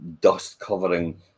dust-covering